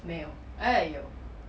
没有 eh 有